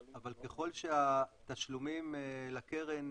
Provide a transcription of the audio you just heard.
אבל ככל שהתשלומים לקרן